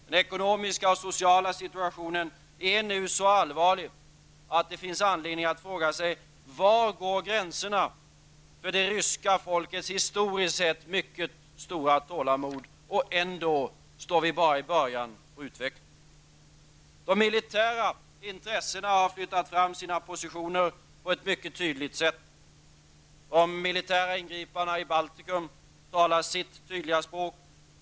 Den ekonomiska och sociala situationen är nu så allvarlig att det finns anledning att fråga sig var gränserna för det ryska folkets historiskt mycket stora tålamod går. Och ändå står vi bara i början av utvecklingen. De militära intressena har flyttat fram sina positioner på ett mycket tydligt sätt. De militära ingripandena i Baltikum talar sitt tydliga språk.